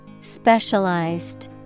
Specialized